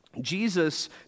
Jesus